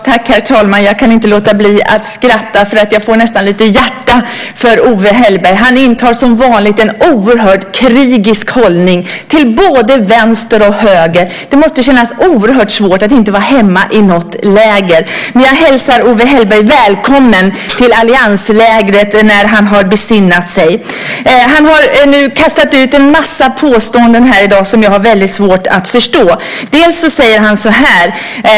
Herr talman! Jag kan inte låta bli att skratta, för jag får nästan lite känslor i hjärtat för Owe Hellberg. Han intar som vanligt en oerhört krigisk hållning till både vänster och höger. Det måste kännas oerhört svårt att inte vara hemma i något läger. Men jag hälsar Owe Hellberg välkommen till allianslägret när han har besinnat sig. Han har nu kastat ut en massa påståenden här i dag som jag har väldigt svårt att förstå.